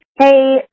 Hey